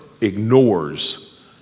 ignores